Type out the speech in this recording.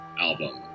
album